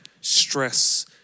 stress